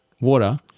water